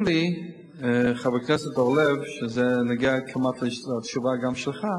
חבר הכנסת אורלב, זה נוגע מעט גם לשאלה שלך.